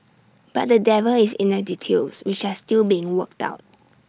but the devil is in the details which are still being worked out